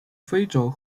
非洲